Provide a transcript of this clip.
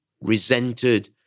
resented